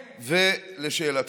לשאלתך,